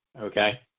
Okay